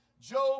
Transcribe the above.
Job